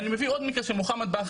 אני מביא עוד מקרה של מוחמד בכרי.